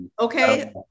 okay